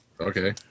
Okay